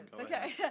Okay